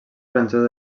francesa